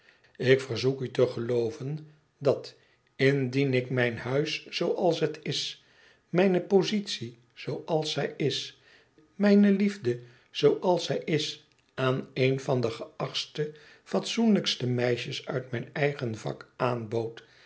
ik verzoek u te gelooven dat indien ik mijn huis zooals het is mijne positie zooals zij is mijne liefde zooals zij is aan een van de geachtste fatsoenlijkste meisjes uit mijn eigen vak aanbood